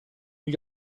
gli